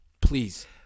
Please